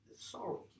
sorrow